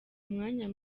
umwanya